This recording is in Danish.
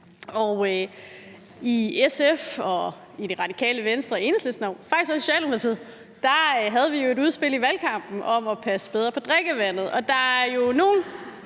Og i SF, i Radikale Venstre og i Enhedslisten og faktisk også i Socialdemokratiet havde vi jo et udspil under valgkampen om at passe bedre på drikkevandet, og der er jo nogen